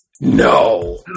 no